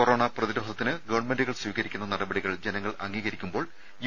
corona പ്രതിരോധ ത്തിന് ഗവൺമെന്റുകൾ സ്വീകരിക്കുന്ന് നടപടികൾ ജന ങ്ങൾ അംഗീകരിക്കുമ്പോൾ യു